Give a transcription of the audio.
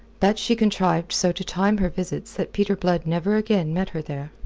but she contrived so to time her visits that peter blood never again met her there.